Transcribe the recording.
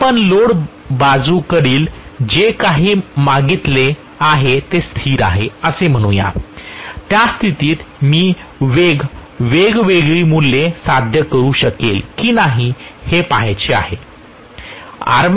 आपण लोड बाजूकडील जे काही मागितले आहे ते स्थिर आहे असे म्हणूया त्या स्थितीत मी वेग वेगळी मूल्ये साध्य करू शकेन की नाही हे पहायचे आहे